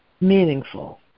meaningful